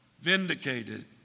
vindicated